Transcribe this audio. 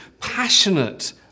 passionate